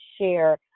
share